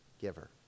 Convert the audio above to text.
giver